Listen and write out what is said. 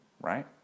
right